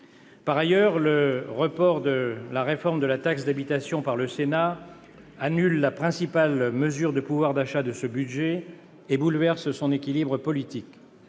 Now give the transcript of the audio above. Par ailleurs, le report de la réforme de la taxe d'habitation par le Sénat annule la principale mesure de pouvoir d'achat de ce budget et bouleverse son équilibre politique.